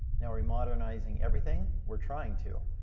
now re-modernizing everything? we're trying to.